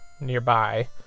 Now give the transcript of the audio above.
nearby